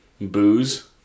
booze